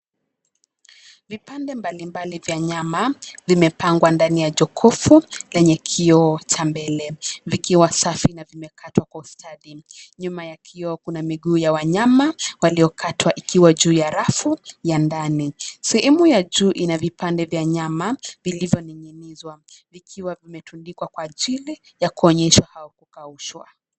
Vipande mbalimbali vya nyama vimepangwa ndani ya jokovu lenye kioo cha mbele. Vikiwa safi na vimekatwa kwa ustadi. Nyuma ya kioo kuna miguu ya wanyama waliokatwa ikiwa juu ya rafu ya ndani. Sehemu ya juu ina vipande vya nyama vilivyo ning'inizwa. Vikiwa vimetundikwa kwa ajiri ya kuonyeshwa au kukaushwa .